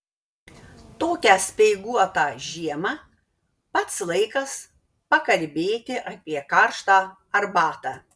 tokią speiguotą žiemą pats laikas pakalbėti apie karštą arbatą